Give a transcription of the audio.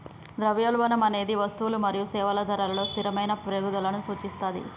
ద్రవ్యోల్బణం అనేది వస్తువులు మరియు సేవల ధరలలో స్థిరమైన పెరుగుదలను సూచిస్తది